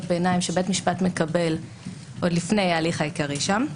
ביניים שבית משפט מקבל עוד לפני ההליך העיקרי שם.